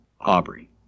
Aubrey